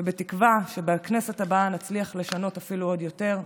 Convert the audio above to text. ובתקווה שבכנסת הבאה נצליח לשנות אפילו עוד יותר.